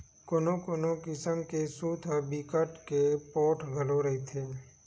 कोनो कोनो किसम के सूत ह बिकट के पोठ घलो रहिथे